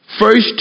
first